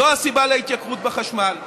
זו הסיבה להתייקרות בחשמל.